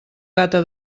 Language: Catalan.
gata